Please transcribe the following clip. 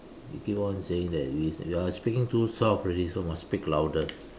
if you want to say that with you're speaking too soft already so must speak louder